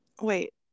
wait